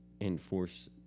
enforce